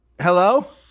hello